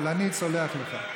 אבל אני סולח לך.